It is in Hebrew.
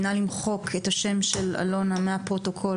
נא למחוק את השם של א' ו' מהפרוטוקול,